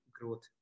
growth